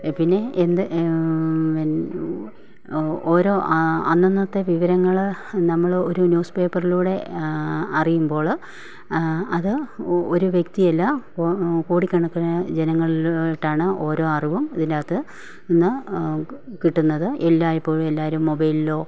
A പിന്നെ എന്ത് ഓരോ ആ അന്നന്നത്തെ വിവരങ്ങൾ നമ്മൾ ഒരു ന്യൂസ്പേപ്പർലൂടെ അറിയുമ്പോൾ അത് ഒരു വ്യക്തിയല്ല കോടികണക്കിന് ജനങ്ങളിലോട്ടാണ് ഓരോ അറിവും ഇതിനകത്ത് നിന്ന് കിട്ടുന്നത് എല്ലായിപ്പോഴും എല്ലാവരും മൊബൈലിലോ